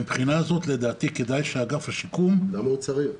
מן הבחינה הזאת לדעתי כדאי שאגף השיקום --- למה הוא צריך?